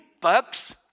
bug's